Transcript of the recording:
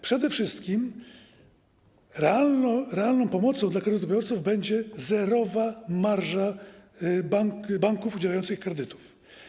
Przede wszystkim realną pomocą dla kredytobiorców będzie zerowa marża banków udzielających kredyty.